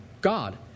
God